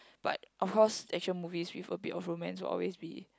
but of course action movies with a bit of romance will always be